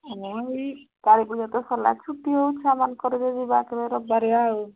ଆମଇ କାଳୀପୂଜା ତ ସରଲା ଛୁଟି ହଉ ଛୁଆମାନଙ୍କର ଯ ଯିବା କେବେ ରବବାରିଆ ଆଉ